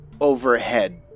overhead